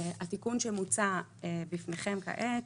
התיקון שמוצע בפניכם כעת,